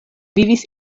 vivis